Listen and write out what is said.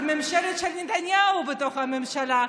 וממשלת נתניהו בתוך הממשלה.